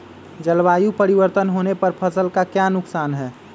जलवायु परिवर्तन होने पर फसल का क्या नुकसान है?